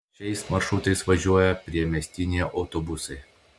šiais maršrutais važiuoja priemiestiniai autobusai